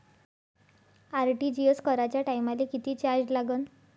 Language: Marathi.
आर.टी.जी.एस कराच्या टायमाले किती चार्ज लागन?